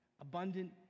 Abundant